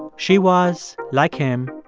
she was, like him,